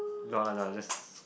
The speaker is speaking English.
no no no I just